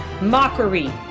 mockery